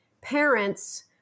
parents